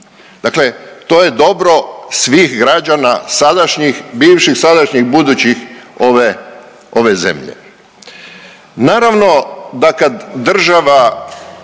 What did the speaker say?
Dakle to je dobro svih građana sadašnjih, bivših, sadašnjih, budućih ove zemlje.